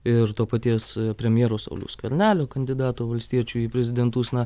ir to paties premjero sauliaus skvernelio kandidato valstiečių į prezidentus na